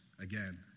Again